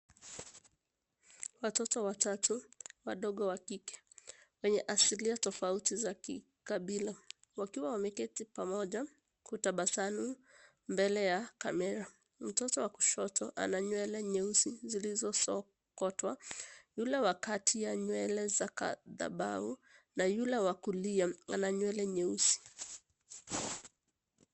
Watoto watatu wadogo wa kike. Wenye asilia tofauti za kikabila. Wakiwa wameketi pamoja, kutabasamu mbele ya kamera. Mtoto wa kushoto, ana nywele nyeusi zilizosokotwa. Yule wa kati ana nywele za dhahabu na yule wa kulia ana nywele nyeusi.